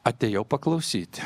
atėjau paklausyt